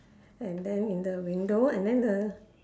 and then in the window and then the